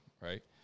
right